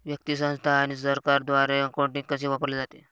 व्यक्ती, संस्था आणि सरकारद्वारे अकाउंटिंग कसे वापरले जाते